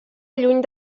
lluny